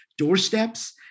doorsteps